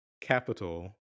capital